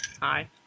Hi